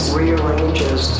rearranges